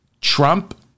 Trump